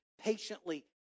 patiently